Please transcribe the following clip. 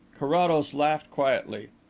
carrados laughed quietly.